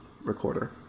recorder